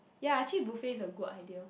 ya actually buffet is a good idea